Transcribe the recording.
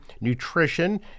nutrition